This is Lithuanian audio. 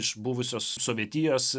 iš buvusios sovietijos